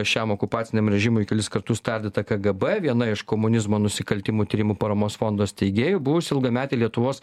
šiam okupaciniam režimui kelis kartus tardyta kgb viena iš komunizmo nusikaltimų tyrimo paramos fondo steigėjų buvusi ilgametė lietuvos